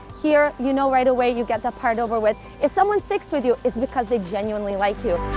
here, you know right away you get that part over with if someone sticks with you it's because they genuinely like you